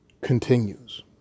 continues